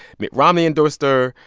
mitt romney endorsed her.